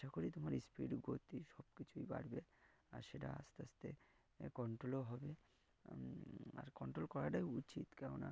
আশা করি তোমার স্পিড গতি সব কিছুই বাড়বে আর সেটা আস্তে আস্তে কন্ট্রোলও হবে আর কন্ট্রোল করাটাই উচিত কেননা